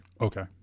Okay